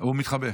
הוא מתחבא.